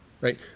Right